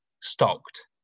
stocked